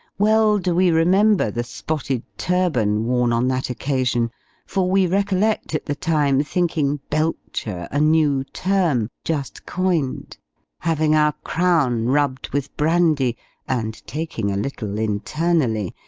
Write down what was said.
well do we remember the spotted turban worn on that occasion for we recollect, at the time, thinking belcher a new term, just coined having our crown rubbed with brandy and taking a little internally,